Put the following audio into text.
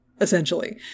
Essentially